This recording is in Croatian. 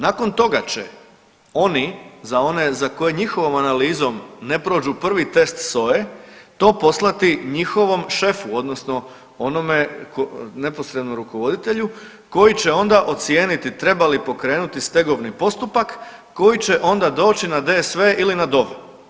Nakon toga će oni, za one za koje njihovom analizom ne prođu prvi test SOA-e to poslati njihovom šefu odnosno onome neposrednom rukovoditelju koji će onda ocijeniti treba li pokrenuti stegovni postupak koji će onda doći na DSV ili na DOV.